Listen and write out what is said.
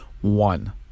one